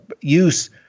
use